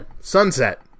Sunset